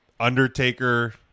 Undertaker